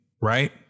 right